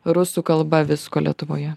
rusų kalba visko lietuvoje